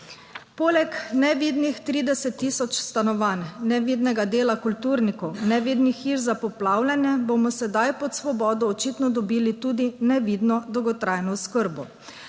Poleg nevidnih 30 tisoč stanovanj, nevidnega dela kulturnikov, nevidnih hiš za poplavljanje, bomo sedaj pod Svobodo očitno dobili tudi nevidno dolgotrajno oskrbo.